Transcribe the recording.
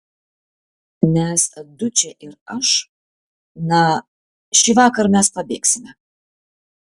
nes dučė ir aš na šįvakar mes pabėgsime